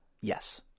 Yes